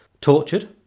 tortured